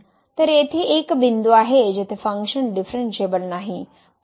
तर येथे एक बिंदू आहे जेथे फंक्शन डीफरनशिएबल नाही